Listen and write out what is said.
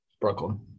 Brooklyn